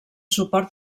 suport